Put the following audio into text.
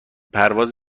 پرواز